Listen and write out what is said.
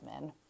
Men